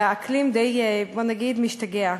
והאקלים די, בואו נגיד, משתגע.